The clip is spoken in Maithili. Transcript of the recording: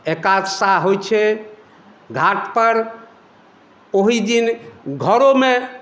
एकादशा होइत छै घाट पर ओहि दिन घरोमे